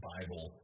Bible